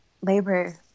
labor